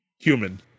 Human